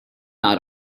not